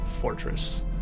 fortress